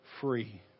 free